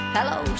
Hello